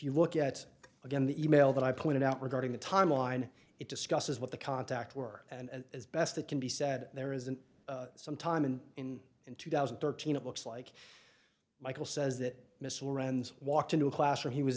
you look at again the e mail that i pointed out regarding the timeline it discusses what the contact were and as best it can be said there isn't some time in in in two thousand thirteen it looks like michael says that missile rounds walked into a classroom he was